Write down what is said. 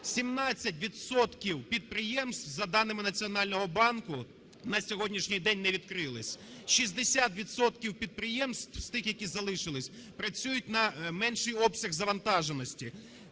підприємств за даними Національного банку на сьогоднішній день не відкрилися, 60 відсотків підприємств з тих, які залишилися, працюють на менший обсяг завантаженості,